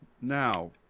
Now